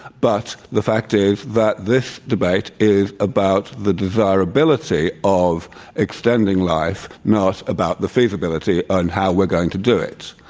but the fact is that this debate is about the desirability of extending life, not about the feasibility and how we're going to do it.